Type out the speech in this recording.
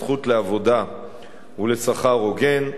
הזכות לעבודה ולשכר הוגן,